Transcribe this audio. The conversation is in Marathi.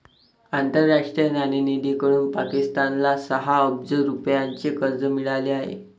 आंतरराष्ट्रीय नाणेनिधीकडून पाकिस्तानला सहा अब्ज रुपयांचे कर्ज मिळाले आहे